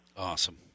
Awesome